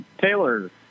Taylor